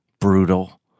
brutal